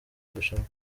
irushanwa